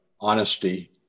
honesty